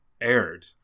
aired